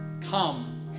come